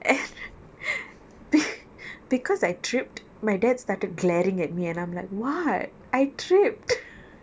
and be~ because I tripped my dad started glaring at me and I'm like what I tripped